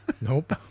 nope